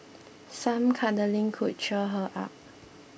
some cuddling could cheer her up